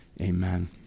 amen